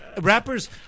rappers